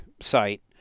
site